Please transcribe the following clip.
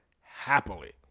happily